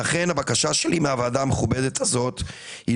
לכן הבקשה שלי מהוועדה המכובדת הזאת היא